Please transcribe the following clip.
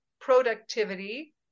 productivity